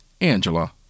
Angela